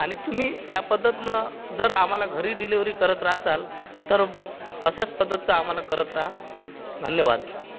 आणि तुम्ही त्या पद्धतीनं जर आम्हाला घरी डिलिव्हरी करत राहसाल तर अशाच पद्धतीचं आम्हाला करत राहा धन्यवाद